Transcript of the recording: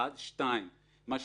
זה דבר אחד.